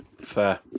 Fair